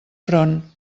front